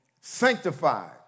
sanctified